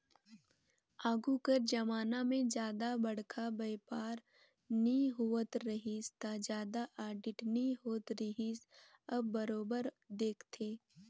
आघु कर जमाना में जादा बड़खा बयपार नी होवत रहिस ता जादा आडिट नी होत रिहिस अब बरोबर देखथे